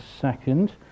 second